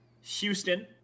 Houston